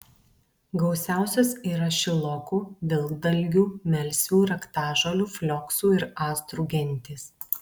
gausiausios yra šilokų vilkdalgių melsvių raktažolių flioksų ir astrų gentys